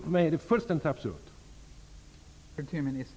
För mig är det fullständigt absurt.